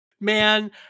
Man